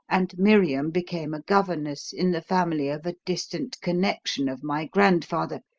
and miriam became a governess in the family of a distant connection of my grandfather,